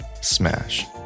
Smash